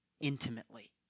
intimately